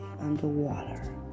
underwater